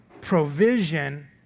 provision